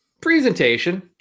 presentation